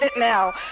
now